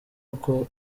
uko